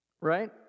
Right